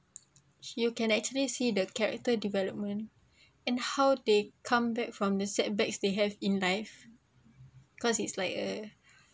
you can actually see the character development and how they come back from the setbacks they have in life cause it's like a